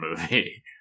movie